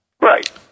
Right